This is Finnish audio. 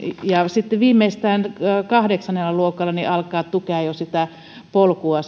ja sitten viimeistään kahdeksannella luokalla alkaa jo tukea sitten sitä polkua